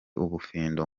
ubufindo